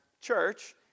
church